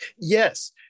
Yes